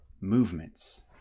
movements